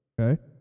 Okay